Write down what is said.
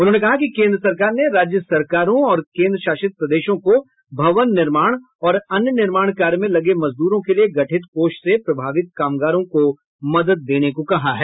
उन्होंने कहा कि केन्द्र सरकार ने राज्य सरकारों और केन्द्र शासित प्रदेशों को भवन निर्माण और अन्य निर्माण कार्य में लगे मजदूरों के लिये गठित कोष से प्रभावित कामगारों को मदद देने को कहा है